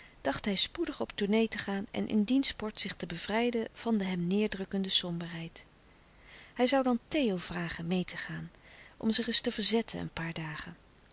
dacht hij spoedig op tournée te gaan en in dien sport zich te bevrijden van de hem neêrdrukkende somberheid hij zoû dan theo vragen meê te gaan om zich eens te verzetten een paar dagen